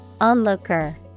Onlooker